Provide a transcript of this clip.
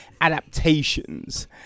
Adaptations